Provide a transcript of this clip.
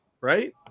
right